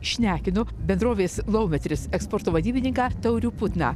šnekinu bendrovės laumetris eksporto vadybininkų taurių putną